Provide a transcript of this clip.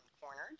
cornered